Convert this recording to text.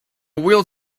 wheel